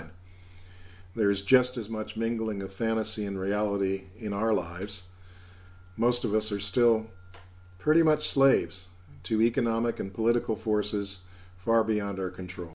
nine there is just as much mingling of fantasy and reality in our lives most of us are still pretty much slaves to economic and political forces far beyond our control